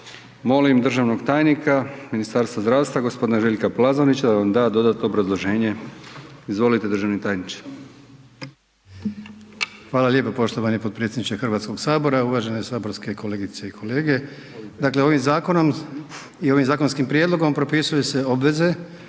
Molim državnog tajnika Ministarstva zdravstva gospodina Željka Plazonića da nam da dodatno obrazloženje? Izvolite državni tajniče. **Plazonić, Željko (HDZ)** Hvala lijepo. Poštovani potpredsjedniče Hrvatskog sabora, uvažene saborske kolegice i kolege. Dakle ovim zakonom i ovim zakonskim prijedlogom propisuju se obveze